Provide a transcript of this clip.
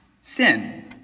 sin